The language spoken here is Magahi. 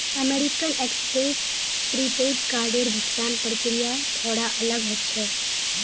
अमेरिकन एक्सप्रेस प्रीपेड कार्डेर भुगतान प्रक्रिया थोरा अलग छेक